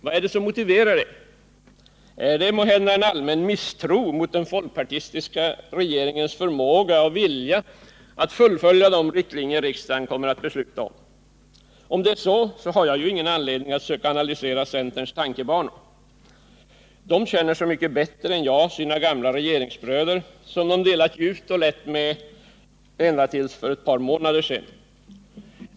Vad är det som motiverar detta? Är det måhända en allmän misstro mot den folkpartistiska regeringens förmåga och vilja att fullfölja de riktlinjer riksdagen kommer att besluta om? Om det är så har jag ingen anledning att söka analysera centerns tankebanor. Centerpartisterna känner ju så mycket bättre än jag sina gamla regeringsbröder, som de delade ljuvt och lett med till endast för ett par månader sedan.